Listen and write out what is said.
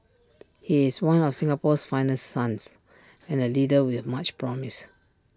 he is one of Singapore's finest sons and A leader with much promise